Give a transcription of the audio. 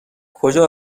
کجا